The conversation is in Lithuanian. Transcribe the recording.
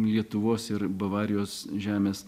lietuvos ir bavarijos žemės